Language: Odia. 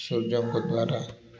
ସୂର୍ଯ୍ୟଙ୍କ ଦ୍ୱାରା